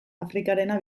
afrikarena